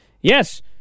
yes